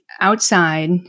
outside